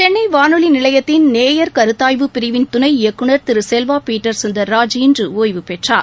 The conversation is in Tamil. சென்னை வானொலி நிலையத்தின் நேயர் கருத்தாய்வு பிரிவின் துணை இயக்குநர் திரு செல்வா பீட்டர் சுந்தர்ராஜ் இன்று ஒய்வு பெற்றார்